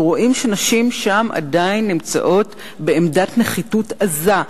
שנשים שם עדיין נמצאות בעמדת נחיתות עזה.